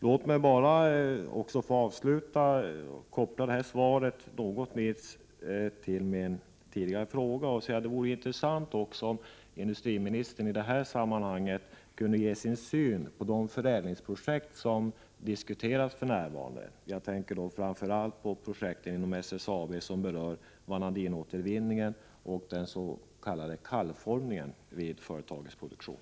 Låt mig bara avslutningsvis också få koppla detta svar till min tidigare fråga och säga att det vore intressant om industriministern i detta sammanhang kunde ge sin syn på de förädlingsprojekt som diskuteras för närvarande. Jag tänker framför allt på projekten inom SSAB, som berör vanadinåtervinning och s.k. kallformning vid företagets produktion.